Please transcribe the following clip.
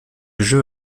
jeu